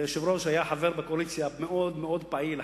היושב-ראש היה חבר מאוד מאוד פעיל בקואליציה,